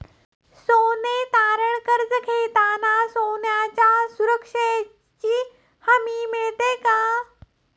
सोने तारण कर्ज घेताना सोन्याच्या सुरक्षेची हमी मिळते का?